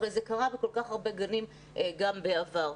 זה קרה בכל כך הרבה גנים גם בעבר.